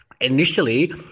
Initially